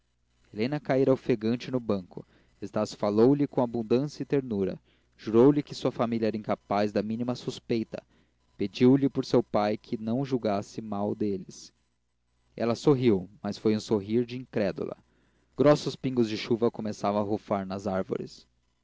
helena caíra ofegante no banco estácio falou-lhe com abundância e ternura jurou lhe que sua família era incapaz da mínima suspeita pediu-lhe por seu pai que não julgasse mal deles ela sorriu mas foi um sorrir de incrédula grossos pingos de chuva começavam a rufar nas árvores